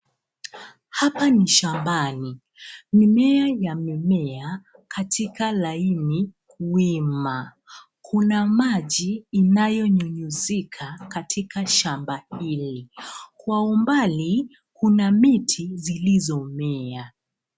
Hapa ni shambani . Mimea ya mimea katika laini wima. Kuna maji inayonyunyizika katika shamba hili. Kwa umbali kuna miti zilizomea.